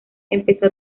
empezó